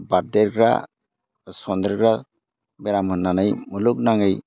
बारदेरग्रा सन्देरग्रा बेराम होननानै मुलुगनाङै